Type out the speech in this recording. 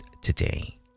today